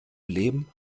leben